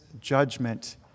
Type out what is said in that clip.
judgment